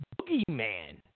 boogeyman